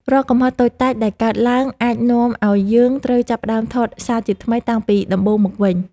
រាល់កំហុសតូចតាចដែលកើតឡើងអាចនាំឱ្យយើងត្រូវចាប់ផ្តើមថតសារជាថ្មីតាំងពីដំបូងមកវិញ។